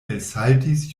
elsaltis